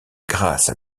grâce